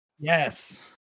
Yes